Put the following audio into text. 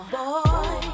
boy